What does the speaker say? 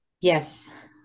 Yes